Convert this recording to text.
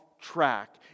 track